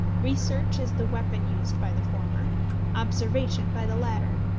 research is the weapon used by the former observation by the latter.